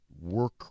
work